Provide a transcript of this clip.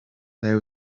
there